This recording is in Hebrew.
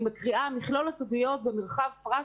אני מקריאה: מכלול הסוגיות במרחב פרט,